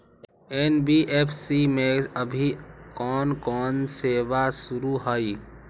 NBFC में अभी कोन कोन सेवा शुरु हई?